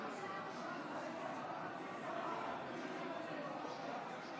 56. אני קובע כי הצעת